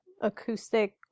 acoustic